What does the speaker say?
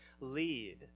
lead